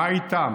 מה איתם,